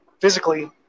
physically